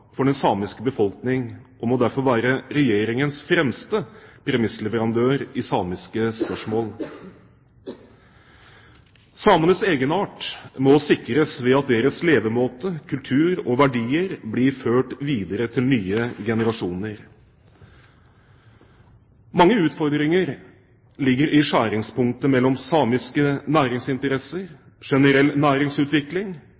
for den samiske befolkningen og må derfor være Regjeringens fremste premissleverandør i samiske spørsmål. Samenes egenart må sikres ved at deres levemåte, kultur og verdier blir ført videre til nye generasjoner. Mange utfordringer ligger i skjæringspunktet mellom samiske